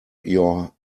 your